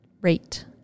rate